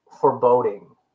foreboding